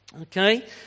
okay